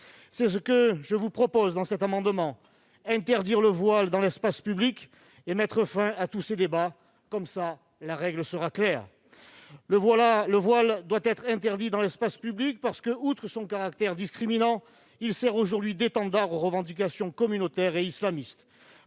C'est ce que je vous propose dans cet amendement : interdire le voile dans l'espace public et mettre fin à tous ces débats. Ainsi, la règle sera claire. Le voile doit être interdit dans l'espace public parce que, outre son caractère discriminant, il sert aujourd'hui d'étendard aux revendications communautaires et islamistes.